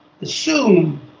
assume